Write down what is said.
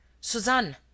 Suzanne